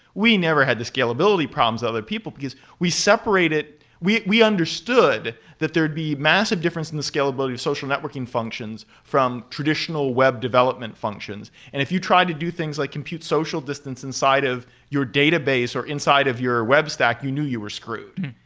we never had the scalability problems of other people, because we separated we we understood that there would be massive difference in the scalability of social networking functions from traditional web development functions. if you try to do things like compute social distance inside of your database or inside of your web stack, you knew you were screwed.